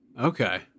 Okay